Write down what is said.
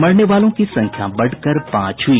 मरने वालों की संख्या बढ़कर पांच हुई